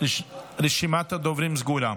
רשימת הדוברים סגורה.